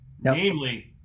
Namely